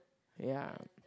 ya